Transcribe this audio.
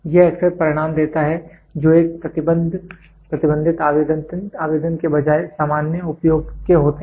यह अक्सर परिणाम देता है जो एक प्रतिबंधित आवेदन के बजाय सामान्य उपयोग के होते हैं